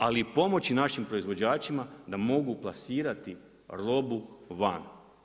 Ali pomoći našim proizvođačima da mogu plasirati robu van.